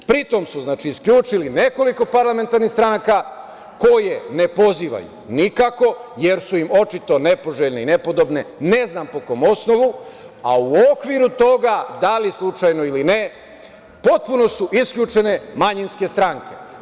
Pri tom su isključili nekoliko parlamentarnih stranaka koje ne pozivaju nikako, jer su očito nepoželjne i nepodobne, ne znam po kom osnovu, a u okviru toga da li slučajno ili ne, potpuno su isključene manjinske stranke.